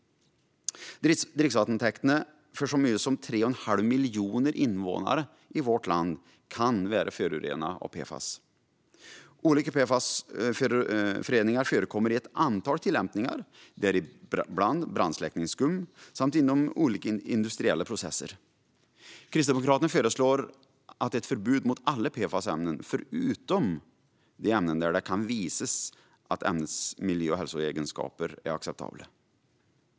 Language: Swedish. Dricksvattentäkterna för så många som 3 1⁄2 miljon invånare i vårt land kan vara förorenade av PFAS. Olika PFAS-föreningar förekommer med ett antal tillämpningar, däribland i brandsläckningsskum samt inom olika industriella processer. Kristdemokraterna föreslår ett förbud mot alla PFAS-ämnen, förutom de ämnen där det kan visas att miljö och hälsoegenskaperna är acceptabla.